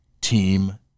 Team